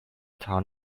town